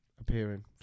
appearing